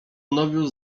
nowiu